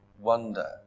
wonder